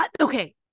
okay